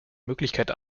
möglichkeit